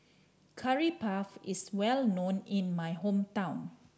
Curry Puff is well known in my hometown